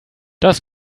das